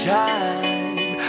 time